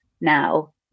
now